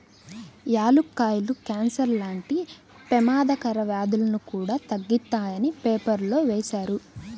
యాలుక్కాయాలు కాన్సర్ లాంటి పెమాదకర వ్యాధులను కూడా తగ్గిత్తాయని పేపర్లో వేశారు